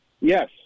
Yes